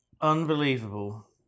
Unbelievable